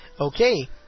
Okay